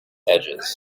edges